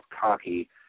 cocky